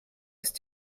ist